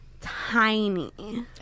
tiny